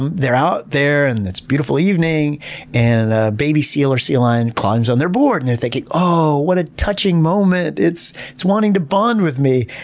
um they're out there and it's a beautiful evening and a baby seal or sea lion climbs on their board and they're thinking, oh, what a touching moment. it's it's wanting to bond with me.